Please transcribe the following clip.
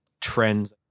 trends